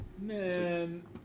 Man